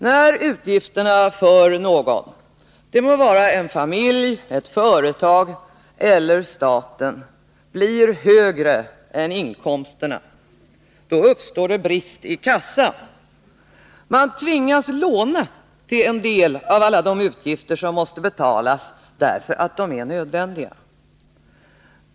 När utgifterna för någon — det må vara en familj, ett företag eller staten — blir högre än inkomsterna uppstår det brist i kassan. Man tvingas låna till en del av alla de utgifter som måste betalas, därför att de är nödvändiga.